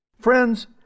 Friends